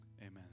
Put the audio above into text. Amen